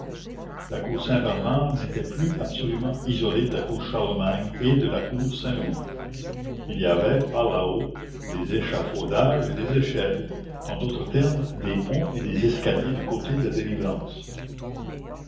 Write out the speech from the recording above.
la cour saint-bernard n'était plus absolument isolée de la cour charlemagne et de la cour saint-louis il y avait par là-haut des échafaudages et des échelles en d'autres termes des ponts et des escaliers du côté de la délivrance